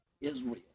Israel